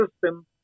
system